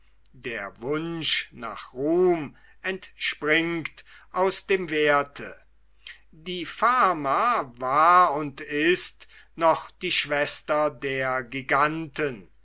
der wunsch nach ruhm entspringt dem werthe die fama war und ist noch die schwester der giganten